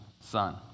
Son